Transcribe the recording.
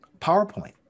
PowerPoint